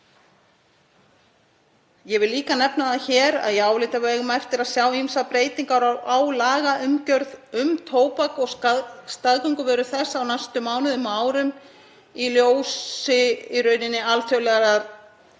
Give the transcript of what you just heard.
Ég vil líka nefna það hér að ég álít að við eigum eftir að sjá ýmsar breytingar á lagaumgjörð um tóbak og staðgönguvörur þess á næstu mánuðum og árum í ljósi alþjóðlegrar